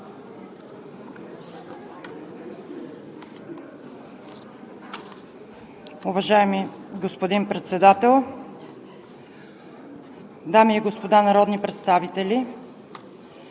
Уважаеми господин Председател, уважаеми дами и господа народни представители!